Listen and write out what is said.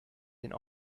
den